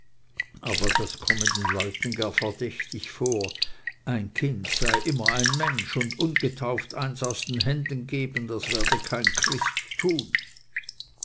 können das komme den leuten gar verdächtig vor ein kind sei immer ein mensch und ungetauft eins aus den händen geben das werde kein christ tun